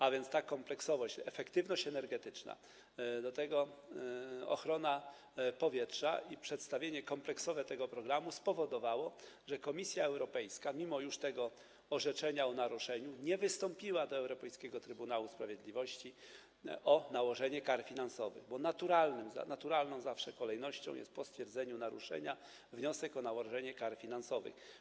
A więc ta kompleksowość, efektywność energetyczna, do tego ochrona powietrza i przedstawienie tego kompleksowego programu spowodowały, że Komisja Europejska mimo orzeczenia o naruszeniu nie wystąpiła do Europejskiego Trybunału Sprawiedliwości o nałożenie kar finansowych, a naturalna kolejność zawsze jest taka, że po stwierdzeniu naruszenia jest wniosek o nałożenie kar finansowych.